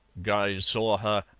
guy saw her,